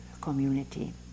community